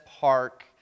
park